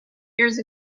years